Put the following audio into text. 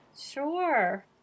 Sure